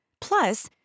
Plus